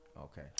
Okay